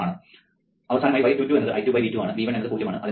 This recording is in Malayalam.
അവസാനമായി y22 എന്നത് I2V2 ആണ് V1 എന്നത് പൂജ്യം ആണ്